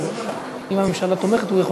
הממשלה תומכת, הוא יכול